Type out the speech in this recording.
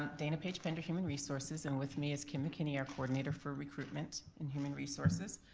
dana paige-pender human resources and with me is kim mckinney, our coordinator for recruitment in human resources.